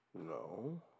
No